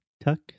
Tuck